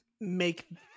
make